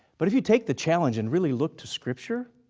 but if you take the challenge and really look to scripture,